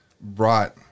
brought